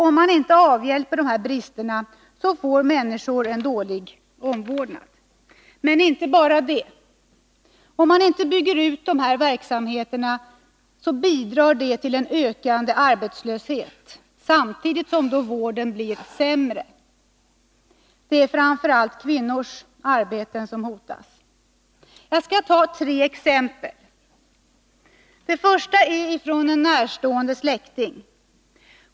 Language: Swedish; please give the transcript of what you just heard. Om man inte avhjälper dessa brister får människor en dålig omvårdnad. Men inte bara det. Om man inte bygger ut dessa verksamheter, bidrar det till en ökande arbetslöshet, samtidigt som vården blir sämre. Det är framför allt kvinnors arbeten som hotas. Jag skall ta tre exempel. Det första är från en närstående släkting.